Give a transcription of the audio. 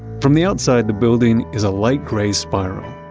from the outside, the building is a light gray spiral,